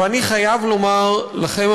ואני חייב לומר לכם,